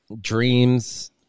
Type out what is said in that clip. dreams